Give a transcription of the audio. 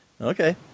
Okay